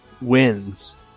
wins